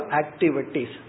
activities